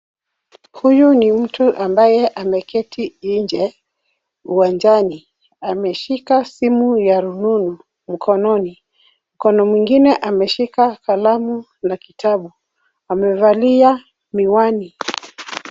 Huyu ni mtu ambaye ameketi nje uwanjani. Ameshika simu ya rununu mkononi. Mkono mwingine ameshika kalamu na kitabu. Amevalia miwani.